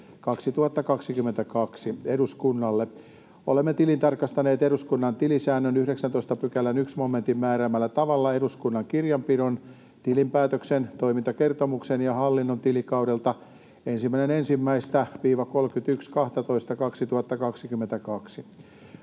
2022: ”Eduskunnalle: Olemme tilintarkastaneet eduskunnan tilisäännön 19 §:n 1 momentin määräämällä tavalla eduskunnan kirjanpidon, tilinpäätöksen, toimintakertomuksen ja hallinnon tilikaudelta 1.1.—31.12.2022.